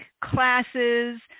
classes